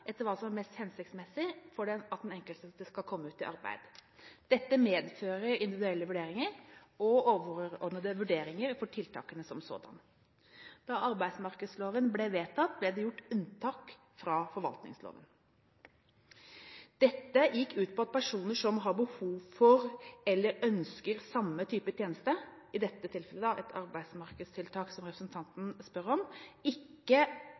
etter hva som er mest hensiktsmessig for at den enkelte skal komme ut i arbeid. Dette medfører individuelle vurderinger og overordnede vurderinger for tiltakene som sådan. Da arbeidsmarkedsloven ble vedtatt, ble det gjort unntak fra forvaltningsloven. Dette gikk ut på at personer som har behov for eller ønsker samme type tjeneste, i dette tilfellet et arbeidsmarkedstiltak, som representanten spør om, ikke